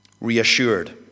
reassured